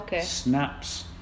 snaps